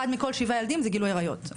אחד מכל שבעה ילדים זה גילוי עריות.